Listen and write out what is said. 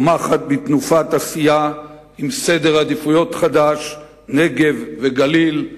צומחת בתנופת עשייה עם סדר עדיפויות חדש נגב וגליל,